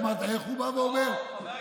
אמרת: איך הוא בא ואומר, לא.